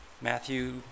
Matthew